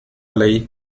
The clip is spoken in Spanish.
ley